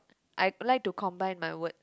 I like to combine my words